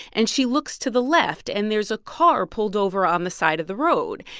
and she looks to the left, and there's a car pulled over on the side of the road.